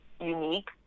Unique